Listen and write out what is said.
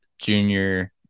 junior